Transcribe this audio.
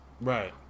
right